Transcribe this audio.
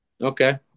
Okay